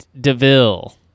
DeVille